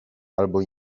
albo